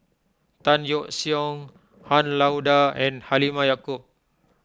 Tan Yeok Seong Han Lao Da and Halimah Yacob